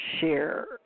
share